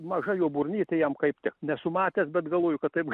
maža jo burnytė jam kaip tik nesu matęs bet galvoju kad taip